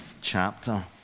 chapter